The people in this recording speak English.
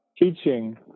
Teaching